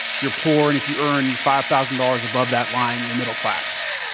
you're poor, and if you earn five thousand dollars above that line, you're middle-class.